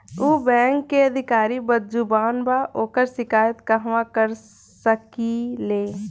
उ बैंक के अधिकारी बद्जुबान बा ओकर शिकायत कहवाँ कर सकी ले